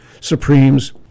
Supremes